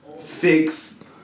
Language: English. fix